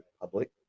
public